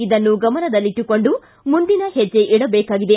ಇದನ್ನು ಗಮನದಲ್ಲಿಟ್ಟುಕೊಂಡು ಮುಂದಿನ ಹೆಜ್ಜೆ ಇಡಬೇಕಾಗಿದೆ